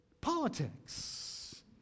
politics